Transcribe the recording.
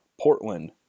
Portland